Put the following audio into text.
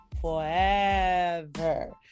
forever